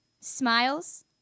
smiles